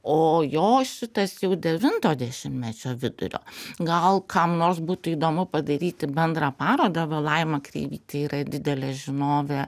o jo šitas jau devinto dešimtmečio vidurio gal kam nors būtų įdomu padaryti bendrą parodą va laima kreivytė yra didelė žinovė